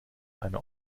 einer